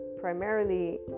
primarily